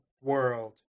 world